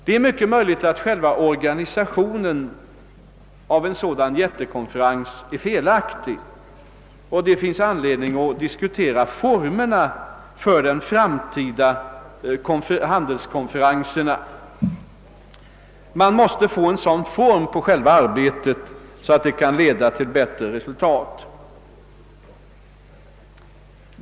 Det är mycket möjligt att själva organisationen av en sådan jättekonferens är felaktig, och det finns anledning att diskutera formerna för de framtida <:handelskonferenserna. Själva arbetet måste få en sådan form, att det kan leda till bättre resultat.